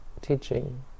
teaching